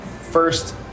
first